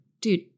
dude